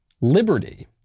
Liberty